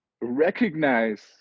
recognize